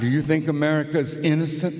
do you think america's innocent